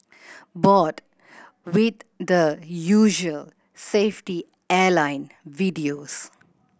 bored with the usual safety airline videos